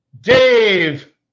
Dave